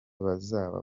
bazaba